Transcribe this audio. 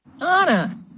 anna